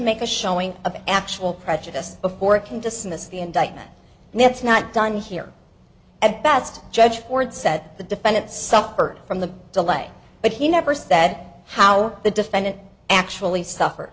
make a showing of actual prejudice before it can dismiss the indictment and that's not done here at best judge ford said the defendant suffered from the delay but he never said how the defendant actually suffered